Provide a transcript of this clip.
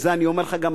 ואת זה אני אומר לך גם,